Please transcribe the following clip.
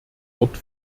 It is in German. ort